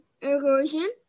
erosion